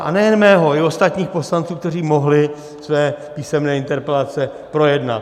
A nejen mého, ale i ostatních poslanců, kteří mohli své písemné interpelace projednat.